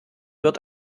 wird